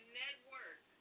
network